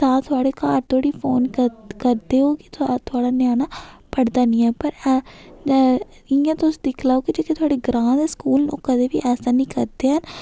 तां थोआढ़े घार धोड़ी फोन करदे कि ओह् थोआढ़ा न्याना पढ़दा नी ऐ पर इयां तुस दिक्खी लैओ कि थोआड़े ग्रांऽ दे स्कूल न ओह् कदें बी ऐसा नि करदे हैन